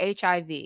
HIV